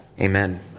amen